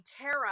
tara